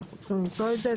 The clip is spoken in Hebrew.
צריך למצוא את זה,